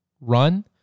run